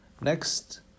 Next